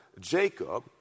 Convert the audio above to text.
Jacob